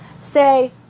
say